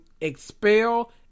expel